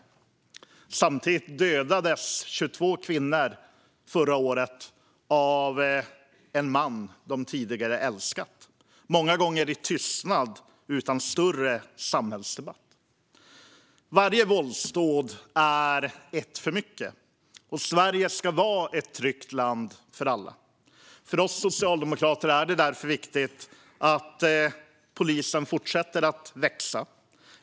Dessutom dödades förra året 22 kvinnor av en man de tidigare älskat. Många gånger skedde det i tystnad utan större samhällsdebatt. Varje våldsdåd är ett för mycket. Sverige ska vara ett tryggt land för alla. För oss socialdemokrater är det därför viktigt att polisen fortsätter att växa.